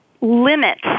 limits